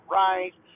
right